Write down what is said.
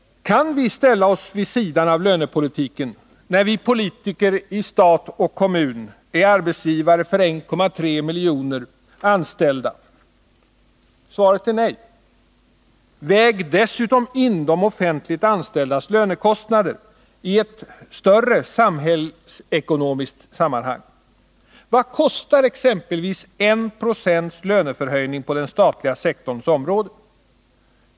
Kan vi ställa oss vid sidan av lönepolitiken när vi politiker i stat och kommun är arbetsgivare för 1,3 miljoner anställda? Svaret är nej. Väg dessutom in de offentligt anställdas lönekostnader i ett större samhällsekonomiskt sammanhang. Vad kostar exempelvis 190 löneförhöjning på den statliga sektorns område?